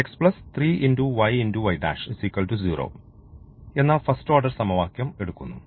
x 3yy 0 എന്ന first order സമവാക്യം എടുക്കുന്നു